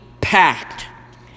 packed